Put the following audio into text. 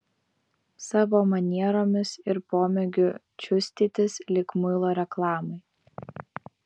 savo manieromis ir pomėgiu čiustytis lyg muilo reklamai